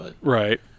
Right